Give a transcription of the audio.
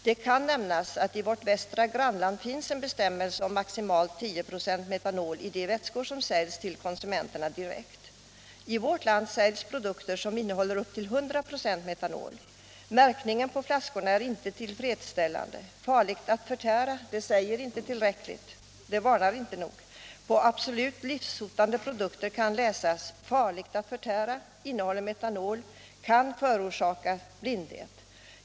Det kan nämnas att i vårt västra grannland finns en bestämmelse om maximalt 10 96 "metanol i de vätskor som säljs till konsumenterna direkt. I vårt land säljs produkter som innehåller upp till 100 26 metanol. Märkningen på flaskorna är inte tillfredsställande. ”Farligt att förtära” säger inte tillräckligt. Det varnar inte nog. På absolut livshotande pro dukter kan läsas ”Farligt att förtära, innehåller metanol, kan förorsaka blindhet”.